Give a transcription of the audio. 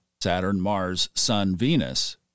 Saturn-Mars-Sun-Venus